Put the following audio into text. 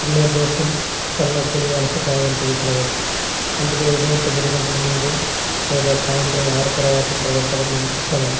dehydration తలనొప్పి అలసట వంటివి కలగచ్చు అందుకని ఉదయం తొమ్మిది గంటల ముందు లేదా సాయంత్రం ఆరు తర్వాత పరిగెత్తడం ఉత్తమం